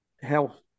Health